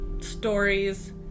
stories